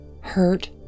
hurt